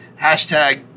hashtag